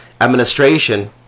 administration